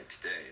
today